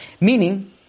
Meaning